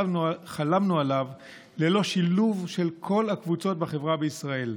שחלמנו עליו ללא שילוב של כל הקבוצות בחברה בישראל.